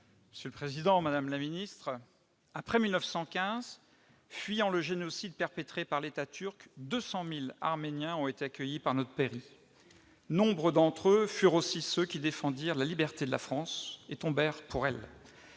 Après 1915, fuyant le génocide perpétré par l'État turc, 200 000 Arméniens ont été accueillis par notre pays. Nombre d'entre eux furent aussi de ceux qui défendirent la liberté de la France et tombèrent pour elle.